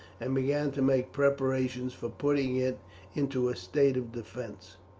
and began to make preparations for putting it into a state of defence.